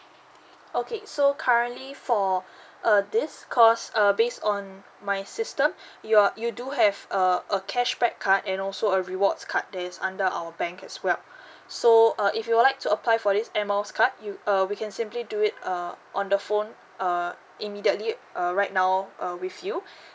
okay so currently for uh this cause err based on my system you're you do have a a cashback card and also a rewards card that is under our bank as well so uh if you would like to apply for these air miles card you uh we can simply do it uh on the phone uh immediately uh right now uh with you